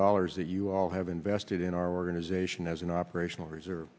dollars that you all have invested in our organization as an operational reserve